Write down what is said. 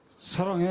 sorry yeah